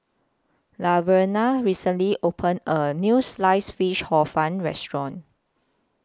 Laverna recently opened A New Sliced Fish Hor Fun Restaurant